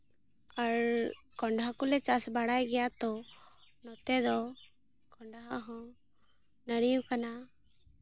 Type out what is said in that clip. ᱟᱨ ᱠᱚᱱᱰᱷᱟ ᱠᱚᱞᱮ ᱪᱟᱥ ᱵᱟᱲᱟᱭ ᱜᱮᱭᱟ ᱛᱚ ᱱᱚᱛᱮ ᱫᱚ ᱠᱚᱱᱰᱷᱟ ᱦᱚᱸ ᱱᱟᱹᱲᱤᱣ ᱠᱟᱱᱟ